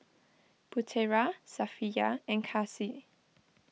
Putera Safiya and Kasih